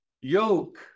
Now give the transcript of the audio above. yoke